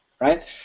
right